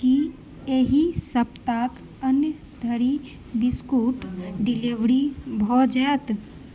की एहि सप्ताहके अन्त धरि बिस्कुट डिलीवर भऽ जायत